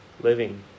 living